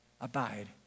Abide